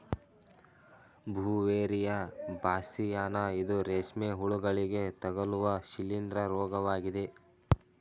Beauveria bassiana ಇದು ರೇಷ್ಮೆ ಹುಳುಗಳಿಗೆ ತಗಲುವ ಶಿಲೀಂದ್ರ ರೋಗವಾಗಿದೆ